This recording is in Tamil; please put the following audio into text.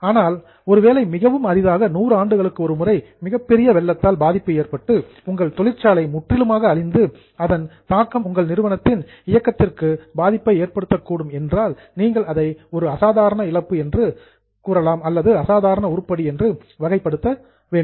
ஆனால் பர்ஹாப்ஸ் ஒருவேளை மிகவும் அரிதாக 100 ஆண்டுகளுக்கு ஒருமுறை மிகப்பெரிய வெள்ளத்தால் பாதிப்பு ஏற்பட்டு உங்கள் தொழிற்சாலை முற்றிலுமாக அழிந்து அதன் தாக்கம் உங்கள் நிறுவனத்தின் இயக்கத்திற்கு பாதிப்பை ஏற்படுத்தக்கூடும் என்றால் நீங்கள் அதை ஒரு அசாதாரண இழப்பு அல்லது உருப்படியாக கேரக்டரைஸ்ட் வகைப்படுத்த வேண்டும்